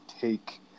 take